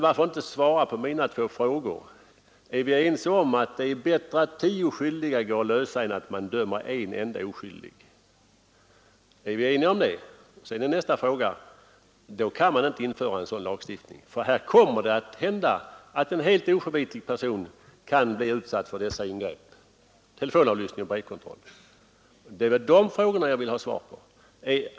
Varför inte i stället svara på mina två frågor: Är vi ense om att det är bättre att tio skyldiga går lösa än att man dömer en enda oskyldig? Då kan man inte införa en sådan här lagstiftning, för här kan en helt oförvitlig person bli utsatt för ingrepp i form av telefonavlyssning och brevkontroll. Det är de frågorna som jag vill ha svar på.